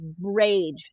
rage